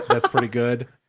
that's pretty good.